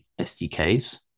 SDKs